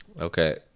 Okay